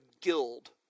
guild